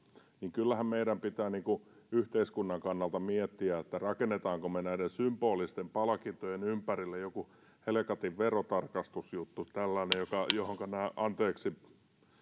kyllähän meidän pitää yhteiskunnan kannalta miettiä rakennammeko me näiden symbolisten palkintojen ympärille jonkun helkatin verotarkastusjutun tällaisen johonka nämä anteeksi